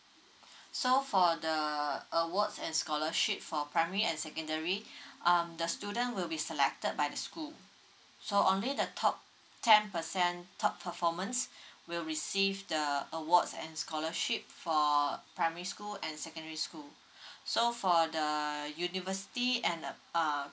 so for the awards and scholarship for primary and secondary um the student will be selected by the school so only the top ten percent top performance will receive the awards and scholarship for primary school and secondary school so for the university and uh